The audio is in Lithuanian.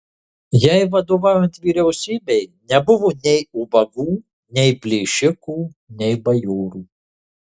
jai vadovaujant vyriausybei nebuvo nei ubagų nei plėšikų nei bajorų